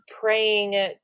praying